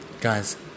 Guys